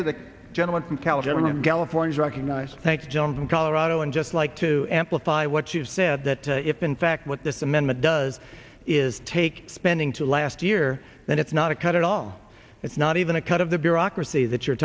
to the gentleman from california california recognized thanks john from colorado and just like to amplify what you've said that if in fact what this amendment does is take spending to last year and it's not a cut at all it's not even a cut of the bureaucracy that you're